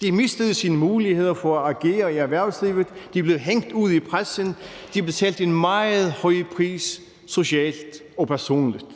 De mistede deres muligheder for at agere i erhvervslivet, de blev hængt ud i pressen, de betalte en meget høj pris socialt og personligt.